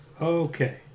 Okay